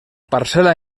parcel·la